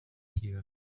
here